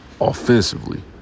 offensively